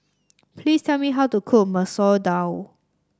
please tell me how to cook Masoor Dal